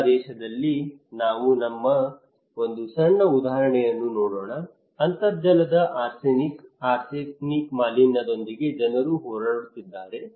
ಬಾಂಗ್ಲಾದೇಶದಲ್ಲಿ ನಾವು ಒಂದು ಸಣ್ಣ ಉದಾಹರಣೆಯನ್ನು ನೋಡೋಣ ಅಂತರ್ಜಲದ ಆರ್ಸೆನಿಕ್ ಆರ್ಸೆನಿಕ್ ಮಾಲಿನ್ಯದೊಂದಿಗೆ ಜನರು ಹೋರಾಡುತ್ತಿದ್ದಾರೆ